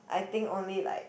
I think only like